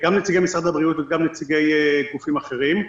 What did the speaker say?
גם נציגי משרד הבריאות וגם נציגי גופים אחרים,